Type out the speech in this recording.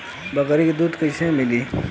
बकरी क दूध कईसे मिली?